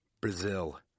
Brazil